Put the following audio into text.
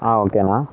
ஆ ஓகேண்ணா